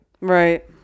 Right